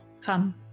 come